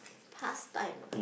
pastime ah